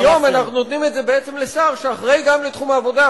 היום אנחנו נותנים את זה בעצם לשר שאחראי גם לתחום העבודה,